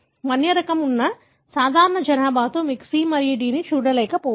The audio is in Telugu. వన్య రకం ఉన్న సాధారణ జనాభాలో మీరు C మరియు D ని చూడకపోవచ్చు